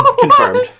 confirmed